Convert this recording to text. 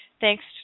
Thanks